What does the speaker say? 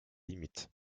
limites